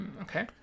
okay